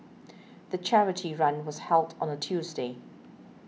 the charity run was held on a Tuesday